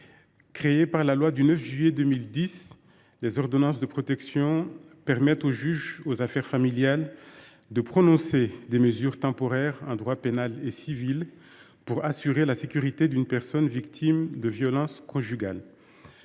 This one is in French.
créées par la loi du 9 juillet 2010, les ordonnances de protection permettent au juge aux affaires familiales de prononcer des mesures temporaires, en droit pénal et en droit civil, pour assurer la sécurité d’une personne victime de violences conjugales.